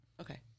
Okay